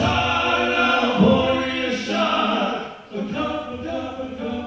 uh uh uh